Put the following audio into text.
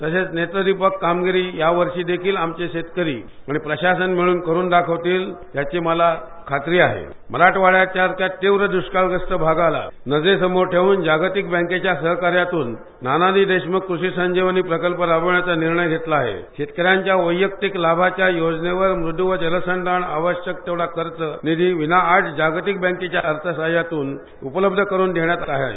तसेच नेत्रदिप कामगिरी यावर्षी देखील आमचे शेतकरी आणि प्रशासन मिकून करून दाखवतील याची मला खात्री आहे मराठवाड्याच्या तीव्र दुष्काळ भागाला नजरे समोर ठेऊन जागतिक बँकेच्या सहकार्यातून नानाजी देशमूख कृषी संजीवनी प्रकल्प राबविण्याचा निर्णय घेतलेला आहे शेतकऱ्यांच्या व्यक्तीगत लाभाच्या योजनावर मृदू व जलसंधारणावर आवश्यक तेवढा खर्च व निधी विना जागतिक बँकेच्या आर्थ सह्यातून उपलब्ध करून देण्यात आला आहे आहे